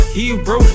hero